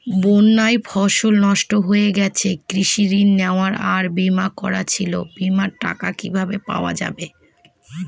বন্যায় ফসল নষ্ট হয়ে গেছে কৃষি ঋণ নেওয়া আর বিমা করা ছিল বিমার টাকা কিভাবে পাওয়া যাবে?